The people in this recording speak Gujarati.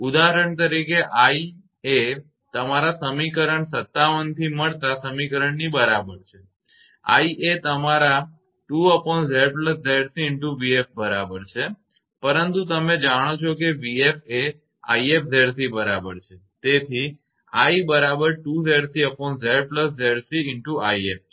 ઉદાહરણ તરીકે આ i એ તમારા સમીકરણ 57 થી મળતા સમીકરણની બરાબર છે છે i એ તમારા 2𝑍𝑍𝑐𝑣𝑓બરાબર છે પરંતુ તમે જાણો છો કે 𝑣𝑓 એ 𝑖𝑓𝑍𝑐 બરાબર છે તેથી i બરાબર 2𝑍𝑐𝑍𝑍𝑐𝑖𝑓 છે